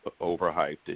overhyped